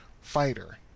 Fighter